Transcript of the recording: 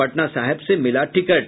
पटना साहिब से मिला टिकट